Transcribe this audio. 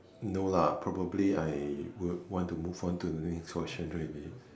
no lah probably I would want to move on to the next question already